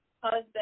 husband